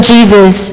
Jesus